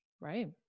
Right